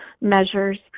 measures